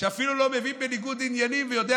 שאפילו לא מבין בניגוד עניינים ויודע